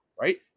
right